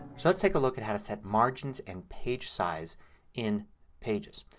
so let's take a look at how to set margins and page size in pages.